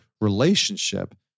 relationship